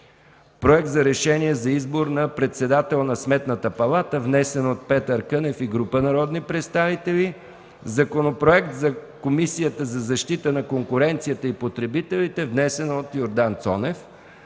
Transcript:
Проект на решение за избор на председател на Сметната палата на Република България. Вносители – Петър Кънев и група народни представители. Законопроект за Комисията за защита на конкуренцията и потребителите. Вносител – Йордан Цонев.